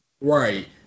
Right